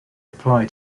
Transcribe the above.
apply